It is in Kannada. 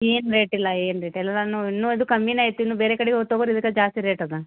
ಏನೂ ರೇಟಿಲ್ಲ ಏನೂ ರೇಟಿಲ್ಲ ನಾನು ಇನ್ನೂ ಇದು ಕಮ್ಮಿಯೇ ಆಯ್ತು ಇನ್ನೂ ಬೇರೆ ಕಡೆ ಹೋಗಿ ತಗೋ ರಿ ಇದಕ್ಕೆ ಜಾಸ್ತಿ ರೇಟ್ ಅದ